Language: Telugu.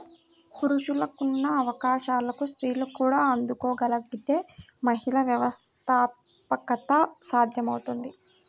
పురుషులకున్న అవకాశాలకు స్త్రీలు కూడా అందుకోగలగితే మహిళా వ్యవస్థాపకత సాధ్యమవుతుంది